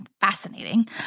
Fascinating